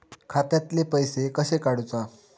खात्यातले पैसे कशे काडूचा?